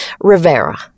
Rivera